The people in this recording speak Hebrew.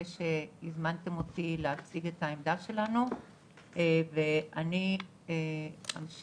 שהזמנתם אותי להציג את העמדה שלנו ואני אמשיך,